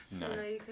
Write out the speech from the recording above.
No